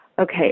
okay